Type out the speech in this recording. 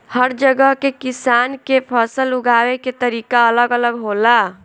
हर जगह के किसान के फसल उगावे के तरीका अलग अलग होला